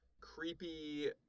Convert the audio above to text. creepy